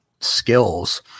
skills